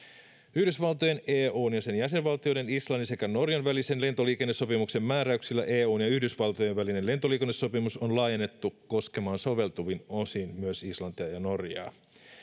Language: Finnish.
yhdysvaltojen eun ja sen jäsenvaltioiden islannin sekä norjan välisen lentoliikennesopimuksen määräyksillä eun ja yhdysvaltojen välinen lentoliikennesopimus on laajennettu koskemaan soveltuvin osin myös islantia ja norjaa